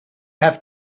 have